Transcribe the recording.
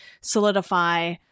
solidify